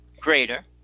Greater